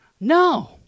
No